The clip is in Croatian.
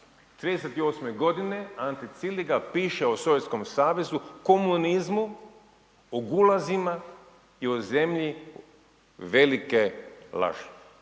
38. godine Ante Ciliga piše o SS-u, komunizmu, o gulazima i o zemlji velike laži.